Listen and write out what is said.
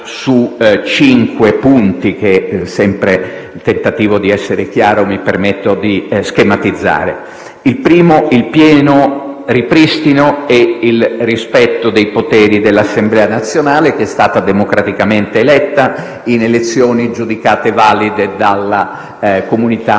su cinque punti che - sempre nel tentativo di essere chiaro - mi permetto di schematizzare: il primo, il pieno ripristino e il rispetto dei poteri dell'Assemblea nazionale democraticamente eletta in elezioni giudicate valide dalla comunità